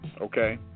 okay